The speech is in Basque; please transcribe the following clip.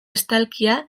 estalkia